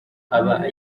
aba